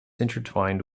intertwined